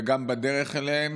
וגם בדרך אליהן,